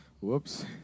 Whoops